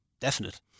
definite